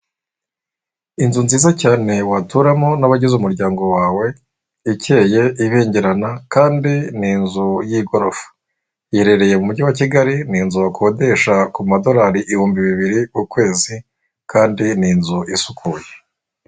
Inzu nziza cyane waturamo n'abagize umuryango wawe ikeye ibengerana kandi ni inzu y'igorofa. Iherereye mu mujyi wa Kigali, ni inzu bakodesha ku madolari ibihumbi bibiri ku kwezi kandi ni inzu isukuye.